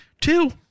Two